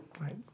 right